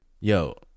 yo